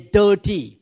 dirty